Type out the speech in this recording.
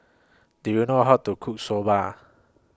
Do YOU know How to Cook Soba